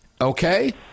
Okay